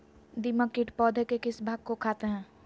दीमक किट पौधे के किस भाग को खाते हैं?